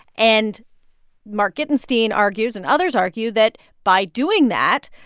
and mark gitenstein argues and others argue that by doing that,